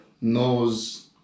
knows